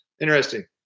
interesting